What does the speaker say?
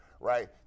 right